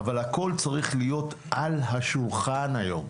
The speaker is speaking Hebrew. אבל הכול צריך להיות על השולחן היום.